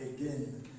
again